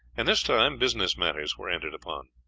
and this time business matters were entered upon.